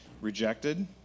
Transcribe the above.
Rejected